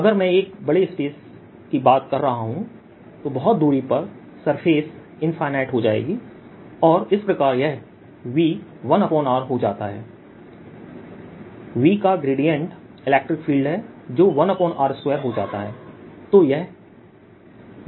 अगर मैं एक बड़े स्पेस की बात कर रहा हूं तो बहुत दूरी पर सरफेस इंफिनिटी हो जाएगी और इस प्रकार यह V 1r हो जाता है V का ग्रेडियंट इलेक्ट्रिक फील्ड है जो 1r2हो जाता है